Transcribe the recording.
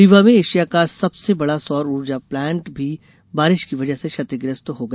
रीवा में एशिया का सबसे बड़ा सौर ऊर्जा प्लांट भी बारिश की वजह से क्षतिग्रस्त हो गया